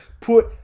Put